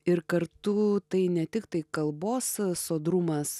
ir kartu tai ne tiktai kalbos sodrumas